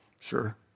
Sure